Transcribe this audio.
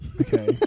Okay